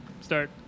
start